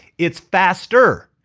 it's faster.